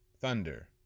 Thunder